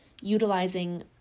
utilizing